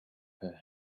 her